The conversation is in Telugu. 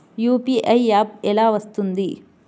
యూ.పీ.ఐ యాప్ ఎలా వస్తుంది?